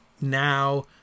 now